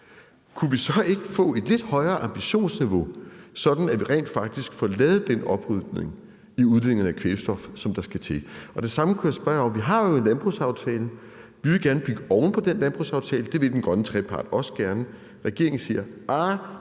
kunne vi så ikke få et lidt højere ambitionsniveau, sådan at vi rent faktisk får lavet den oprydning i udledningen af kvælstof, som der skal til? Det samme kunne jeg spørge om, i forhold til at vi jo har landbrugsaftalen. Vi vil gerne bygge oven på den landbrugsaftale, og det vil den grønne trepart også gerne. Regeringen siger: